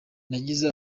nagize